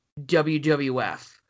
WWF